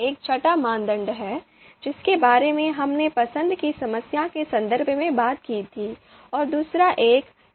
एक छद्म मानदंड है जिसके बारे में हमने पसंद की समस्या के संदर्भ में बात की थी और दूसरा एक डिग्री से बढ़कर है